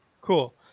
Cool